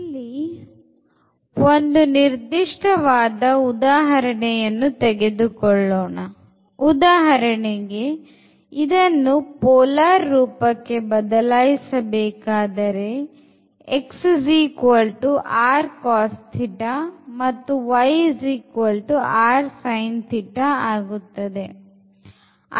ಇಲ್ಲಿ ಒಂದು ನಿರ್ದಿಷ್ಟವಾದ ಉದಾಹರಣೆಯನ್ನು ತೆಗೆದುಕೊಳ್ಳೋಣ ಉದಾಹರಣೆಗೆ ಇದನ್ನು polar ರೂಪಕ್ಕೆ ಬದಲಾಯಿಸಬೇಕಾದರೆ ಆಗುತ್ತದೆ ಮತ್ತು y ಆಗುತ್ತದೆ